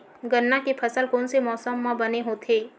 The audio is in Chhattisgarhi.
गन्ना के फसल कोन से मौसम म बने होथे?